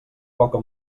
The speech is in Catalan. poca